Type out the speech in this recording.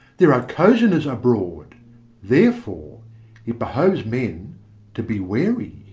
there are cozeners abroad therefore it behoves men to be wary.